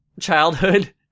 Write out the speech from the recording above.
childhood